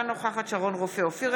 אינה נוכחת שרון רופא אופיר,